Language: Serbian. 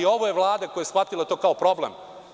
Ovo je Vlada koja je shvatila to kao problem.